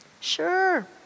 Sure